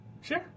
Sure